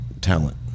talent